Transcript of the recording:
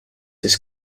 his